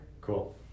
Cool